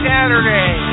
Saturday